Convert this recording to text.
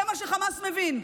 זה מה שחמאס מבין.